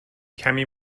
کمی